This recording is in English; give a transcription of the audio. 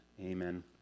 Amen